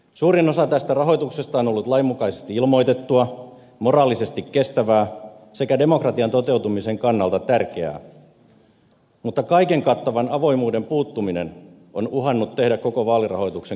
suurin osa tästä rahoituksesta on ollut lainmukaisesti ilmoitettua moraalisesti kestävää sekä demokratian toteutumisen kannalta tärkeää mutta kaiken kattavan avoimuuden puuttuminen on uhannut tehdä koko vaalirahoituksen kyseenalaiseksi